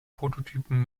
prototypen